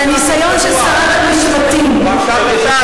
שהניסיון של שרת המשפטים פרשת השבוע,